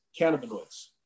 cannabinoids